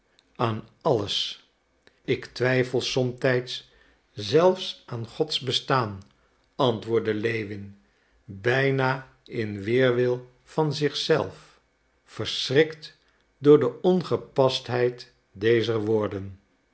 aan alles ik twijfel somtijds zelfs aan gods bestaan antwoordde lewin bijna in weerwil van zich zelf verschrikt door de ongepastheid dezer woorden